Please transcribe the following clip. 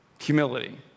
Humility